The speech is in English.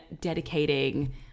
dedicating